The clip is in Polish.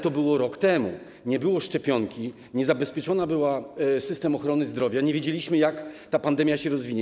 To było rok temu - nie było szczepionki, nie był zabezpieczony system ochrony zdrowia, nie wiedzieliśmy, jak ta pandemia się rozwinie.